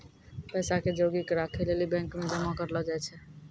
पैसा के जोगी क राखै लेली बैंक मे जमा करलो जाय छै